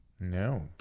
No